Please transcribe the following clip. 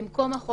במקום החוק הזה.